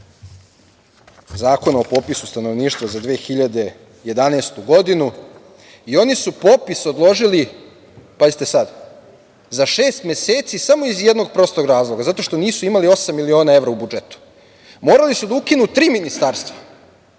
Zakona o popisu stanovništva za 2011. godinu, i oni su popis odložili, pazite sad, za šest meseci samo iz jednog prostog razloga, zato što nisu imali osam miliona evra u budžetu. Morali su da ukinu tri ministarstva